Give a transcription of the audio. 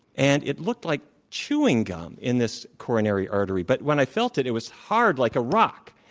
and it looked like chewing gum in this coronary artery, but when i felt it, it was hard like a rock.